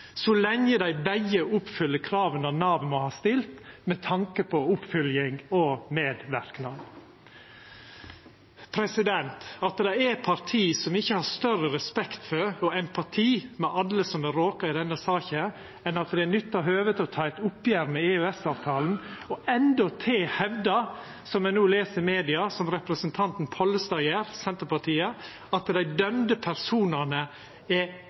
så lenge dei begge oppfyller krava Nav må ha stilt med tanke på oppfølging og medverknad? At det er eit parti som ikkje har større respekt for og empati med alle som er råka i denne saka, enn at dei nyttar høvet til å ta eit oppgjer med EØS-avtalen og endåtil hevdar – som ein no les i media at representanten Pollestad frå Senterpartiet gjer – at dei dømde personane ikkje er moralsk uskuldige, synest eg er direkte leitt. At Senterpartiet er